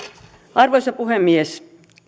arvoisa puhemies